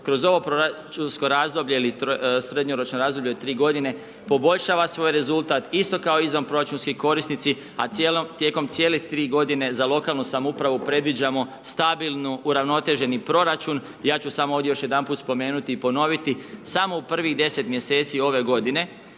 kroz ovo proračunsko razdoblje ili srednjoročno razdoblje od 3 g. poboljšava svoj rezultat isto kao izvanproračunski korisnici, a tijekom cijelih 3 g. za lokalnu samoupravu predviđamo stabilnu, uravnoteženi proračun. Ja ću samo ovdje još jedanput spomenuti i ponoviti, samo u prvih 10 mj. ove g.